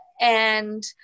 and-